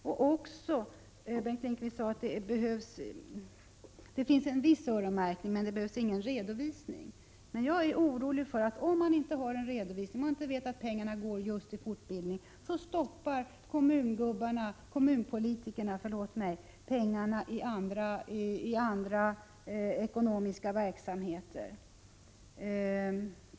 Bengt Lindqvist sade att det finns en viss öronmärkning men att det inte behövs någon redovisning. Jag är orolig för att om det inte finns någon redovisning så att man vet att pengarna går till just fortbildning, låter kommunpolitikerna pengarna gå till andra verksamheter.